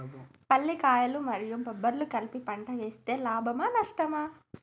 పల్లికాయలు మరియు బబ్బర్లు కలిపి పంట వేస్తే లాభమా? నష్టమా?